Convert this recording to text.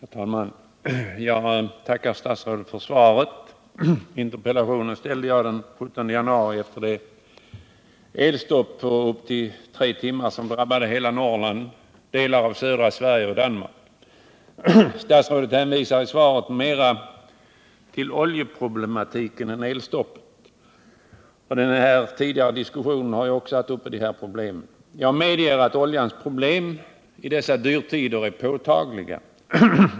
Herr talman! Jag tackar statsrådet för svaret. Interpellationen ställde jag den 17 januari efter det elstopp på upp till tre timmar som drabbade hela Norrland, delar av södra Sverige och Danmark. Statsrådet hänvisar i svaret mera till oljeproblematiken än till elstoppet. Den här tidigare förda diskussionen har också tagit upp de problemen. Jag medger att oljeproblemen i dessa dyrtider är påtagliga.